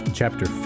chapter